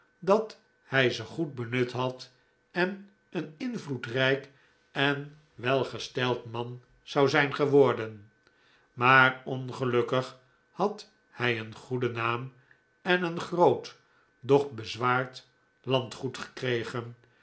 dat hij ze goed benut had en een invloedrijk en welgesteld man zou zijn geworden maar ongelukkig had hij een goeden naam en een groot doch bezwaard landgoed gekregen